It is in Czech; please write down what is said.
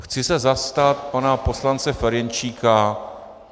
Chci se zastat pana poslance Ferjenčíka.